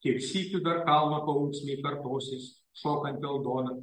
kiek sykių dar kalno paunksmėj kartosis šokanti aldona